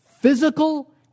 physical